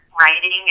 writing